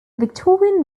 victorian